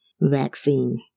vaccine